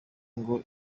ngo